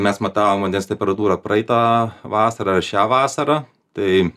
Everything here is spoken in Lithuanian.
mes matavom vandens temperatūrą praeitą vasarą ir šią vasarą tai